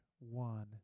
one